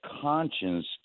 conscience